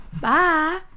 Bye